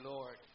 Lord